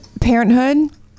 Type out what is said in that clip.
Parenthood